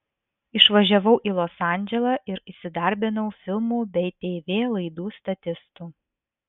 išvažiavau į los andželą ir įsidarbinau filmų bei tv laidų statistu